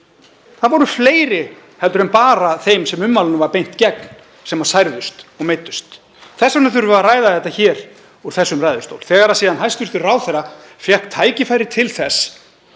Það voru fleiri en bara þeir sem ummælunum er beint gegn sem særðust, meiddust. Þess vegna þurfum við að ræða þetta hér úr þessum ræðustól. Þegar síðan hæstv. ráðherra fékk tækifæri til að